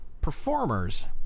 performers